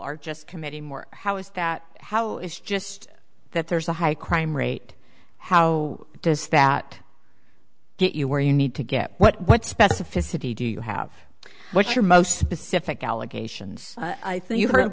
are just committee more how is that how it's just that there's a high crime rate how does that get you where you need to get what what specificity do you have what you're most specific allegations i think you